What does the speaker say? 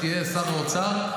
כשתהיה שר האוצר,